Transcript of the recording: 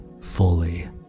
fully